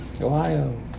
Ohio